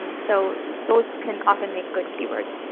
and so those can often make good keywords.